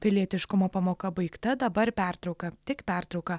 pilietiškumo pamoka baigta dabar pertrauka tik pertrauka